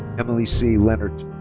emily c. lennert.